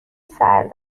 سرد